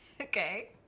okay